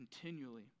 continually